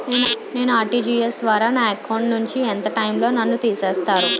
నేను ఆ.ర్టి.జి.ఎస్ ద్వారా నా అకౌంట్ నుంచి ఎంత టైం లో నన్ను తిసేస్తారు?